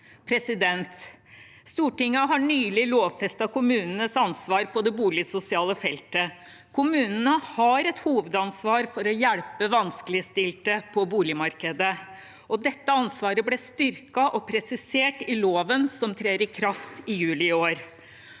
prisvekst. Stortinget har nylig lovfestet kommunenes ansvar på det boligsosiale feltet. Kommunene har et hovedansvar for å hjelpe vanskeligstilte på boligmarkedet, og dette ansvaret ble styrket og presisert i loven som trer i kraft i juli i år.